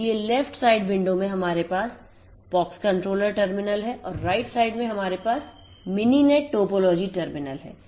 इसलिए left side window में हमारे पास पॉक्स कंट्रोलर टर्मिनल है और राइट साइड में हमारे पास मिनीनेट टोपोलॉजी टर्मिनल है